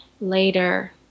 later